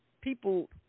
People